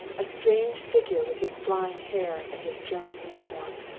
a strange figure with his flying hair and his german uniform.